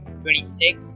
twenty-six